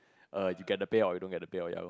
err you get the pay or I don't get pay oh ya lor